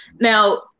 Now